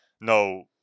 no